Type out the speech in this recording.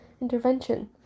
intervention